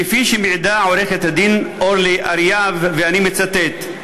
כפי שמעידה עורכת-הדין אורלי אריאב, ואני מצטט: